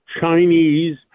Chinese